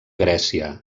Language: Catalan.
grècia